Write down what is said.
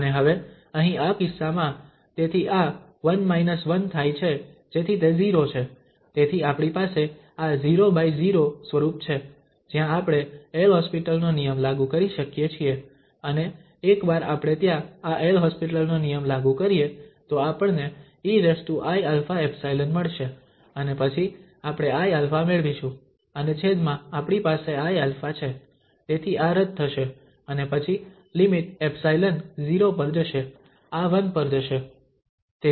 અને હવે અહીં આ કિસ્સામાં તેથી આ 1 1 થાય છે જેથી તે 0 છે તેથી આપણી પાસે આ 00 સ્વરૂપ છે જ્યાં આપણે એલ'હોસ્પિટલ L'Hospital નો નિયમ લાગુ કરી શકીએ છીએ અને એકવાર આપણે ત્યાં આ એલહોસ્પિટલ નો નિયમ લાગુ કરીએ તો આપણને eiα𝜖 મળશે અને પછી આપણે iα મેળવીશું અને છેદમાં આપણી પાસે iα છે તેથી આ રદ થશે અને પછી લિમિટ 𝜖 0 પર જશે આ 1 પર જશે